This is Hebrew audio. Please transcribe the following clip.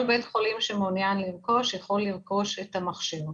כל בית חולים שמעוניין לרכוש יכול לרכוש את המכשיר.